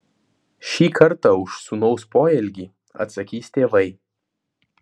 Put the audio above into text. šį kartą už sūnaus poelgį atsakys tėvai